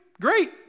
great